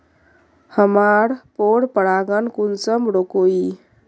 हमार पोरपरागण कुंसम रोकीई?